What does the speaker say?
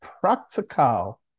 practical